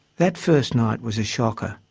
that first night was a shocker.